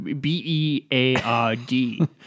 B-E-A-R-D